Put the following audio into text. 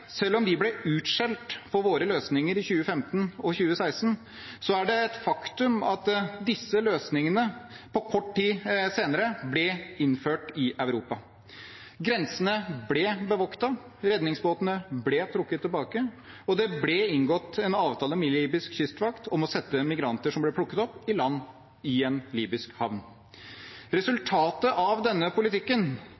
Selv om vi ble utskjelt for våre løsninger i 2015 og 2016, er det et faktum at disse løsningene kort tid senere ble innført i Europa. Grensene ble bevoktet. Redningsbåtene ble trukket tilbake, og det ble inngått en avtale med libysk kystvakt om å sette migranter som ble plukket opp, i land i en libysk havn.